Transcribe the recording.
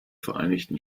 vereinigten